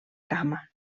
cama